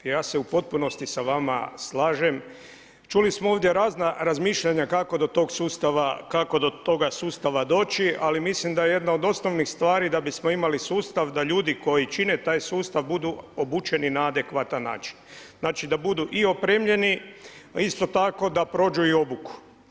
Ja se u potpunosti sa vama slažem, čuli smo ovdje razna razmišljanja kako do toga sustava doći ali mislim da jedna od osnovnih stvari da bismo imali sustav da ljudi koji čine tak sustav budu obučeni na adekvatan način. znači da budu i opremljeni a isto tako da prođu i obuku.